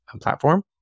platform